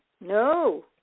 No